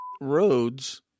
roads